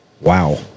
wow